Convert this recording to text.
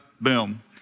boom